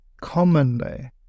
commonly